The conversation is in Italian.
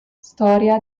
storia